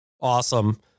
awesome